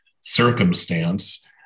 circumstance